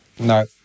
No